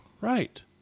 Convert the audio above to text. Right